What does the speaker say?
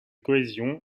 cohésion